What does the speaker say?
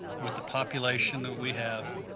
with the population that we have,